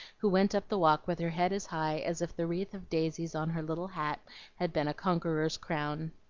who went up the walk with her head as high as if the wreath of daisies on her little hat had been a conqueror's crown.